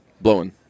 Blowing